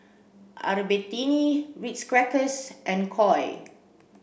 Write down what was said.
Albertini Ritz Crackers and Koi